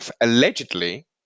allegedly